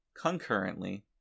concurrently